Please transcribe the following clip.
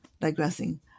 digressing